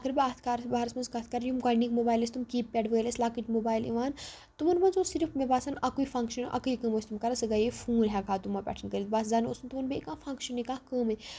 اگر بہٕ اتھ کارٕ بارس منٛز کٔتھ کَرٕ یِم گۄڈٕنِکۍ موبایِل ٲسۍ تِم کیٖپیڈ وٲلۍ ٲسۍ لۄکٕٹۍ موبایل یِوان تِمن منٛز اوس صرِف مےٚ باسان اَکُے فنکشن اکٕے کٲم ٲسۍ تِم کران سُہ گٔیے فون ہیٚکہٕ ہاو تِمو پٮ۪ٹھ کٔرِتھ بس زن اوس نہٕ تِمن بیٚیہِ کانٛہہ فنٛکشَنٕے کانٛہہ کٲمٕے